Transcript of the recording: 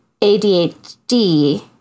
ADHD